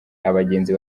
abagenzi